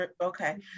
okay